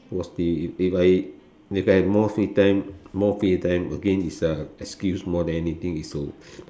watch T_V if I if I have more free time more free time again it's a excuse more than anything is to